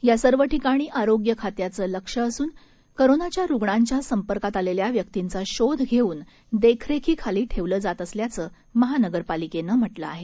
या सर्व ठिकाणी आरोग्य खात्याचं लक्ष असून कोरोनाच्या रुग्णांच्या संपर्कात आलेल्या व्यक्तींचा शोध घेऊन देखरेखीखाली ठेवलं जात असल्याचं महापालिकेनं म्हटलं आहे